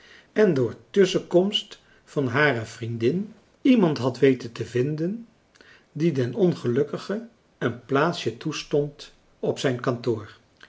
en door tusschenkomst van hare vriendin iemand had weten te vinden die den ongelukkige een plaatsje toestond op zijn kantoor